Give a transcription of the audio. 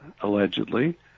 allegedly